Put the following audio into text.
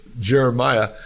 Jeremiah